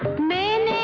man